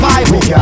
Bible